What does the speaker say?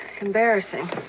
embarrassing